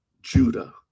judah